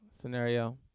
scenario